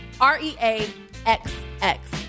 r-e-a-x-x